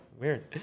Weird